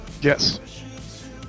yes